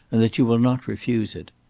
and that you will not refuse it.